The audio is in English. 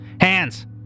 Hands